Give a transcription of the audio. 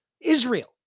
Israel